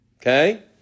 Okay